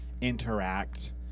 interact